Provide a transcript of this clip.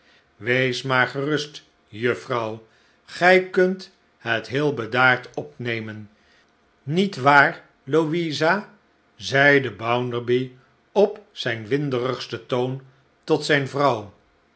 wees maar gerust juffrouw gij kunt het heel bedaard opnemen niet waar louisa zeide bounderby op zijn winderigsten toon tot zijne vrouw